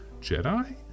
Jedi